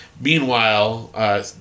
Meanwhile